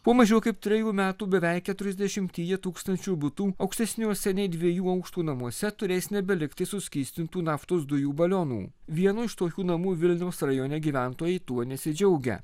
po mažiau kaip trejų metų beveik keturiasdešimtyje tūkstančių butų aukštesniuose nei dviejų aukštų namuose turės nebelikti suskystintų naftos dujų balionų vienu iš tokių namų vilniaus rajone gyventojai tuo nesidžiaugia